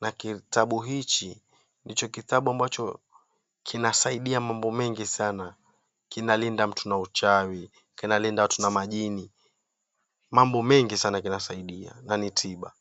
na kitabu hichi ndicho kitabu kinasaidia mambo mengi sana, kinalinda mtu na uchawi, kinalinda watu na majini mambo mengi kinasaidia nani tiba.